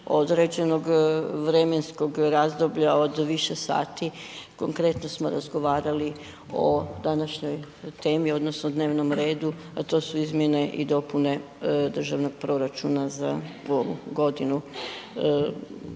određenog vremenskog razdoblja od više sati konkretno smo razgovarali o današnjoj temi odnosno o dnevnom redu, a to su izmjene i dopune državnog proračuna za ovu godinu.